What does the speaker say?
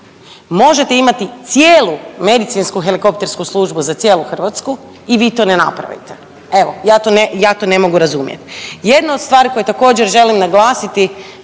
možete imati cijelu Medicinsku helikoptersku službu za cijelu Hrvatsku i vi to ne napravite. Evo, ja to, ja to ne mogu razumjet. Jednu od stvari koju također želim naglasiti